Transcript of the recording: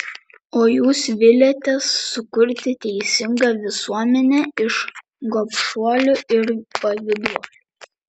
o jūs viliatės sukurti teisingą visuomenę iš gobšuolių ir pavyduolių